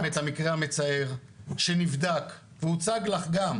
את המקרה המצער שנבדק והוצג לך גם.